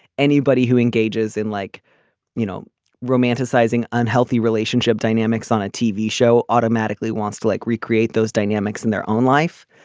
anybody who engages in like you know romanticizing unhealthy relationship dynamics on a tv show automatically wants to like recreate those dynamics in their own life